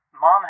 Mom